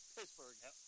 Pittsburgh